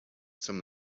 some